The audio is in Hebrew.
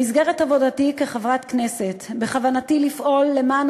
במסגרת עבודתי כחברת הכנסת בכוונתי לפעול למען